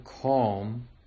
calm